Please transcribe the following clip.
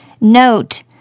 Note